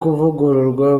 kuvugururwa